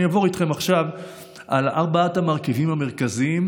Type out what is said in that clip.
אני אעבור איתכם עכשיו על ארבעת המרכיבים המרכזיים,